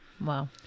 Wow